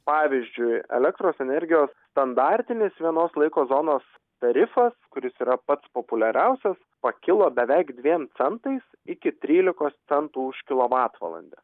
pavyzdžiui elektros energijos standartinis vienos laiko zonos tarifas kuris yra pats populiariausias pakilo beveik dviem centais iki trylikos centų už kilovatvalandę